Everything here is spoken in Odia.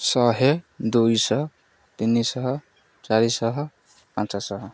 ଶହେ ଦୁଇଶହ ତିନିଶହ ଚାରିଶହ ପାଞ୍ଚଶହ